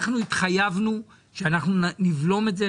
אנחנו התחייבנו לבלום את זה,